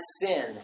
sin